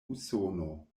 usono